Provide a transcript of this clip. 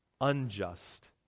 unjust